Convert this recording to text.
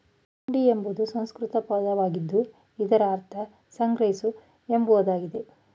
ಹುಂಡಿ ಎಂಬುದು ಸಂಸ್ಕೃತ ಪದವಾಗಿದ್ದು ಇದರ ಅರ್ಥ ಸಂಗ್ರಹಿಸು ಎಂಬುದಾಗಿದೆ